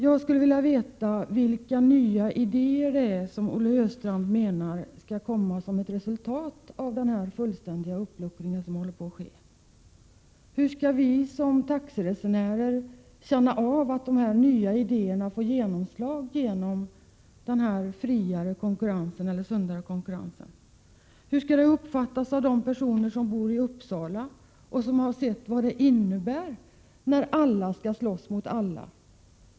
Jag skulle vilja veta vilka nya idéer Olle Östrand menar skall komma som ett resultat av denna totala uppluckring som håller på att ske. Hur skall vi som taxiresenärer känna av de nya idéernas genomslag med denna sundare konkurrens? Hur skall det uppfattas av personer som bor i Uppsala? De har sett vad det innebär när alla skall slåss mot alla.